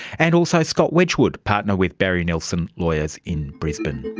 and also scott wedgwood, partner with barry nilsson lawyers in brisbane.